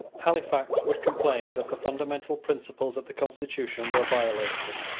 halifax would complain that the fundamental principles of the constitution were violated.